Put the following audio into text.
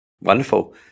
Wonderful